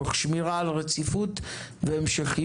תוך שמירה על רציפות והמשכיות,